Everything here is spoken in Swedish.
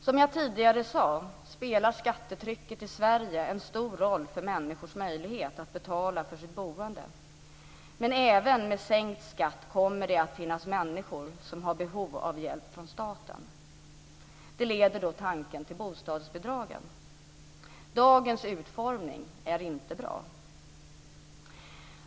Som jag tidigare sade spelar skattetrycket i Sverige en stor roll för människors möjligheter att betala för sitt boende. Men även med sänkt skatt kommer det att finnas människor som har behov av hjälp från staten. Det leder tanken till bostadsbidragen. Dagens utformning är inte bra.